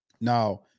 Now